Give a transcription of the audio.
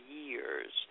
years